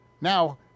Now